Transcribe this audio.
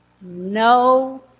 no